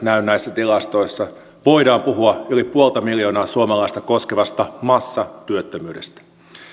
näy näissä tilastoissa voidaan puhua yli puolta miljoonaa suomalaista koskevasta massatyöttömyydestä